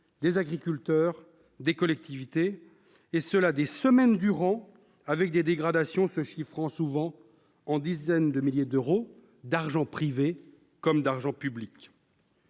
des agriculteurs, des collectivités, et ce des semaines durant, les dégradations se chiffrant souvent en dizaines de milliers d'euros d'argent tant privé que public.